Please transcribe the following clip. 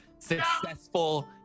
successful